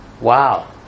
wow